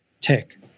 take